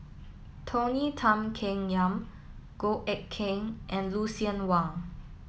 Tony Tan Keng Yam Goh Eck Kheng and Lucien Wang